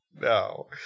No